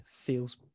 feels